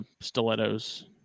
stilettos